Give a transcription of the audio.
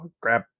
grab